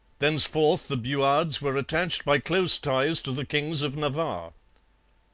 thenceforth the buades were attached by close ties to the kings of navarre.